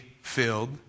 filled